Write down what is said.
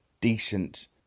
decent